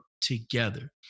together